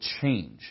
change